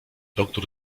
doktór